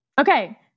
Okay